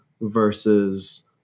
versus